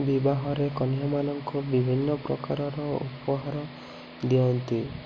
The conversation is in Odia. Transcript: ବିବାହରେ କନ୍ୟାମାନଙ୍କୁ ବିଭିନ୍ନ ପ୍ରକାରର ଉପହାର ଦିଅନ୍ତି